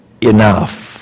enough